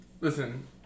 Listen